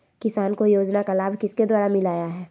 किसान को योजना का लाभ किसके द्वारा मिलाया है?